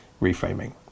reframing